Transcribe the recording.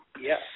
Yes